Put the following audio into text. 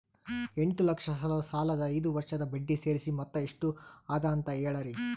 ಎಂಟ ಲಕ್ಷ ಸಾಲದ ಐದು ವರ್ಷದ ಬಡ್ಡಿ ಸೇರಿಸಿ ಮೊತ್ತ ಎಷ್ಟ ಅದ ಅಂತ ಹೇಳರಿ?